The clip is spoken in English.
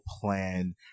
plan